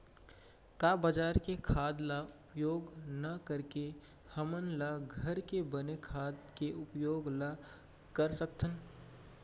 का बजार के खाद ला उपयोग न करके हमन ल घर के बने खाद के उपयोग ल कर सकथन?